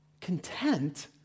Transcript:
content